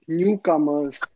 newcomers